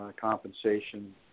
compensation